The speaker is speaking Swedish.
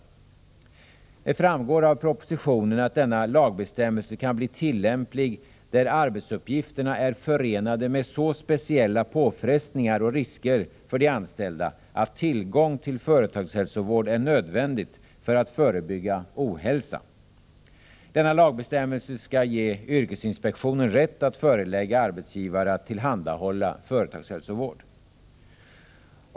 Det framgår av propositionen att denna lagbestämmelse kan bli tillämplig där arbetsuppgifterna är förenade med så speciella påfrestningar och risker för de anställda, att det är nödvändigt med tillgång till företagshälsovård för att förebygga ohälsa. Denna lagbestämmelse skall ge yrkesinspektionen rätt att förelägga arbetsgivare att tillhandahålla företagshälsovård.